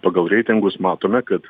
pagal reitingus matome kad